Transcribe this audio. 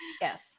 Yes